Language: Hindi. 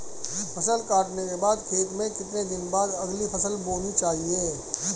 फसल काटने के बाद खेत में कितने दिन बाद अगली फसल बोनी चाहिये?